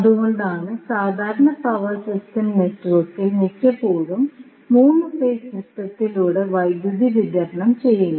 അതുകൊണ്ടാണ് സാധാരണ power system നെറ്റ്വർക്കിൽ മിക്കപ്പോഴും 3 ഫേസ് സിസ്റ്റത്തിലൂടെ വൈദ്യുതി വിതരണം ചെയ്യുന്നു